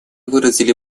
выразили